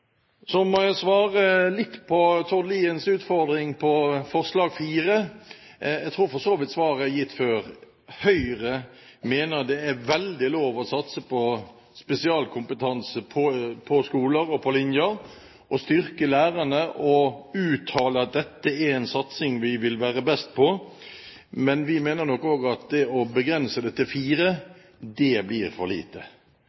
litt på Tord Liens utfordring når det gjelder forslag nr. 4. Jeg tror for så vidt at svaret er gitt tidligere. Høyre mener det er lov å satse på spesialkompetanse når det gjelder skoler og linjer og å styrke lærerne, og uttaler at dette er en satsing vi vil være best på. Men vi mener nok også at å begrense det til